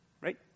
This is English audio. right